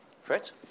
Fritz